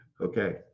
Okay